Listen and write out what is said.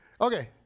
Okay